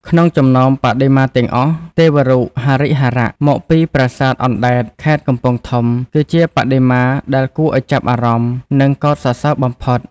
ក្នុងចំណោមបដិមាទាំងអស់ ទេវរូបហរិហរៈ មកពីប្រាសាទអណ្តែត ខេត្តកំពង់ធំ គឺជាបដិមាដែលគួរឱ្យចាប់អារម្មណ៍ និងកោតសរសើរបំផុត។